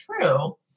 true